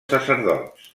sacerdots